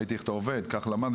ראיתי איך אתה עובד, וכך למדתי.